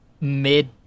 mid